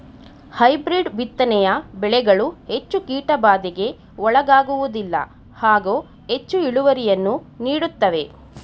hybrid ಬಿತ್ತನೆಯ ಬೆಳೆಗಳು ಹೆಚ್ಚು ಕೀಟಬಾಧೆಗೆ ಒಳಗಾಗುವುದಿಲ್ಲ ಹಾಗೂ ಹೆಚ್ಚು ಇಳುವರಿಯನ್ನು ನೀಡುತ್ತವೆ